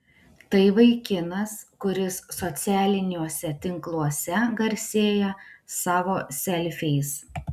tai vaikinas kuris socialiniuose tinkluose garsėja savo selfiais